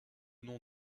nom